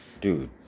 dude